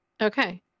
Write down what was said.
Okay